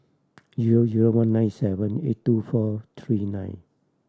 zero zero one nine seven eight two four three nine